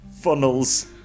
funnels